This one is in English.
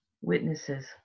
witnesses